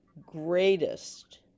greatest